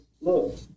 Look